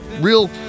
real